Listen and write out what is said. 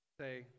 say